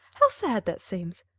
how sad that seems!